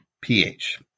pH